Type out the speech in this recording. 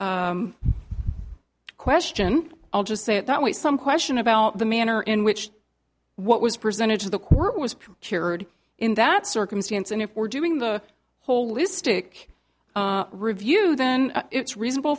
question i'll just say that was some question about the manner in which what was presented to the court was shared in that circumstance and if we're doing the holistic review then it's reasonable